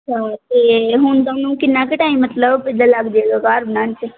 ਅੱਛਾ ਅਤੇ ਹੁਣ ਤੁਹਾਨੂੰ ਕਿੰਨਾ ਕੁ ਟਾਈਮ ਮਤਲਬ ਇੱਦਾਂ ਲੱਗ ਜਾਏਗਾ ਘਰ ਬਣਾਉਣ 'ਚ